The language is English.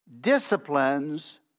disciplines